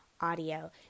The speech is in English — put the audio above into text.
audio